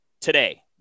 today